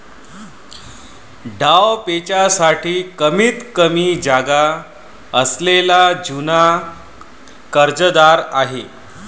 डावपेचांसाठी कमीतकमी जागा असलेला जुना कर्जदार आहे